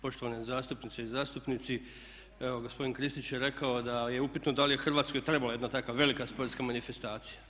Poštovane zastupnice i zastupnici, evo gospodin Kristić je rekao da je upitno da li je Hrvatskoj trebala jedna takva velika sportska manifestacija.